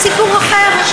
זה סיפור אחר.